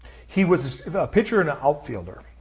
he was a pitcher and an outfielder.